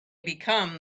become